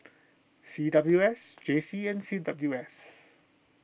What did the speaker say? C W S J C and C W S